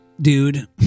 dude